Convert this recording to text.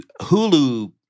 Hulu